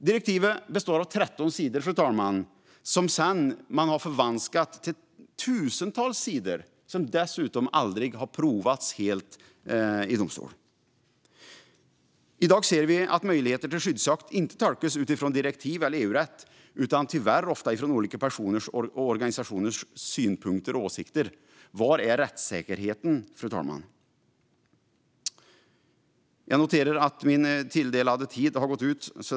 Det består av 13 sidor, som man sedan har förvanskat till tusentals sidor som dessutom aldrig helt har prövats i domstol. I dag ser vi att möjligheter till skyddsjakt inte tolkas utifrån direktiv eller EU-rätt utan tyvärr ofta utifrån olika personers och organisationers synpunkter och åsikter. Var är rättssäkerheten, fru talman? Jag noterar att min tilldelade talartid har gått ut.